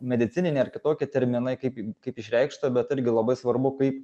medicininiai ar kitokie terminai kaip kaip išreikšta bet irgi labai svarbu kaip